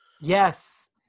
Yes